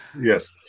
Yes